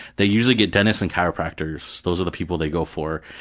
they usually get dentists and chiropractors, those are the people they go for.